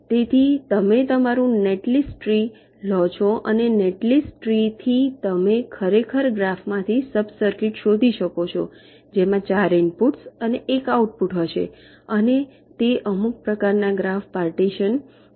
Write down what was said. તેથી તમે તમારું નેટલિસ્ટ ટ્રી લો છો અને નેટલિસ્ટ ટ્રી થી તમે ખરેખર ગ્રાફમાંથી સબ સર્કિટ શોધી શકો છો જેમાં 4 ઇનપુટ્સ અને 1 આઉટપુટ હશે અને તે અમુક પ્રકારના ગ્રાફ પાર્ટીશન કરશે